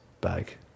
bag